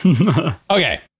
Okay